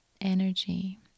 energy